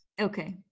Okay